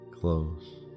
close